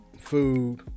food